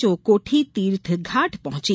जो कोठी तीर्थघाट पहॅची